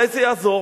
אולי זה יעזור?